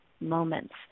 moments